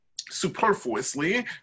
superfluously